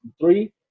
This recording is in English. three